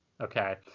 Okay